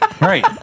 right